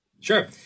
Sure